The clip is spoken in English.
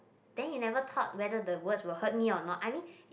then you never thought whether the words will hurt me or not I mean